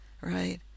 Right